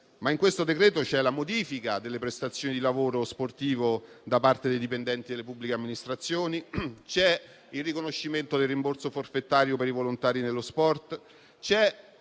in esame reca la modifica delle prestazioni di lavoro sportivo da parte dei dipendenti delle pubbliche amministrazioni, il riconoscimento del rimborso forfettario per i volontari nello sport;